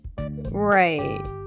Right